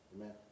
amen